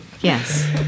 Yes